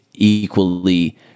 equally